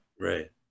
Right